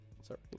sorry